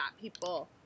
people